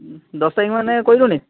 দহ তাৰিখ মানে কৰি দিওঁ নি